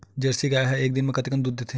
Jersey गाय ह एक दिन म कतेकन दूध देथे?